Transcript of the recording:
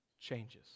changes